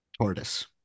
Tortoise